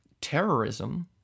terrorism